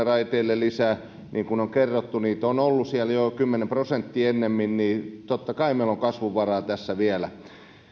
raiteille lisää kapasiteettia niin kuin on kerrottu niitä on ollut siellä jo kymmenen prosenttia ennemmin eli totta kai meillä on kasvunvaraa tässä vielä